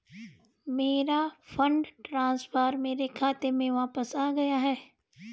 मेरा fund transfer मेरे खाते में वापस आ गया है